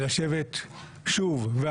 ולשבת עם כל